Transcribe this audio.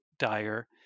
Dire